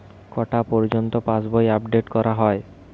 কটা পযর্ন্ত পাশবই আপ ডেট করা হয়?